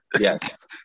yes